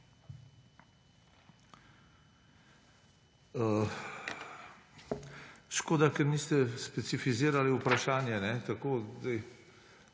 Škoda, ker niste specificirali vprašanja,